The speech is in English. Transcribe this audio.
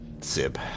Sib